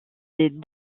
des